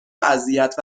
اذیت